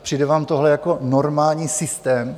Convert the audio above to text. Přijde vám tohle jako normální systém?